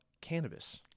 cannabis